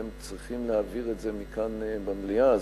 אתם צריכים להעביר את זה מכאן במליאה,